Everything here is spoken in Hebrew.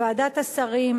לוועדת השרים,